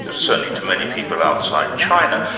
certainly to many people outside china,